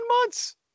months